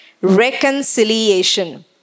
reconciliation